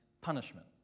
punishment